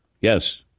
Yes